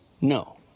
No